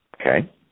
Okay